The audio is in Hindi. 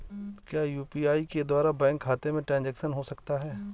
क्या यू.पी.आई के द्वारा बैंक खाते में ट्रैन्ज़ैक्शन हो सकता है?